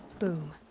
boom.